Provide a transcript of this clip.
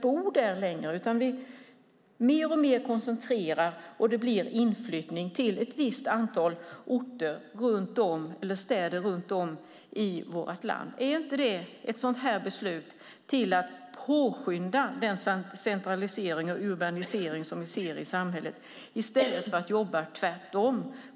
I ställt blir boendet mer och mer koncentrerat med inflyttning till ett antal orter eller städer runt om i landet. Innebär inte ett sådant beslut att man påskyndar den centralisering och urbanisering som vi ser pågår i samhället - när man i stället borde göra tvärtom?